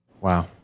wow